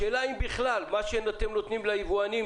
השאלה אם בכלל, מה שאתם נותנים ליבואנים